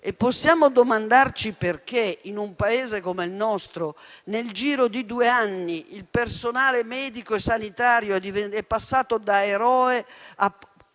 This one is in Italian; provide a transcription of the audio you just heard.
Possiamo domandarci perché, in un Paese come il nostro, nel giro di due anni il personale medico e sanitario è passato da eroe ad